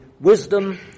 wisdom